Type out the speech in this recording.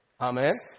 Amen